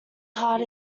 heart